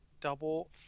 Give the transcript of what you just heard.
Double